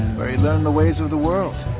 where he learned the ways of the world,